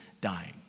dying